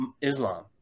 Islam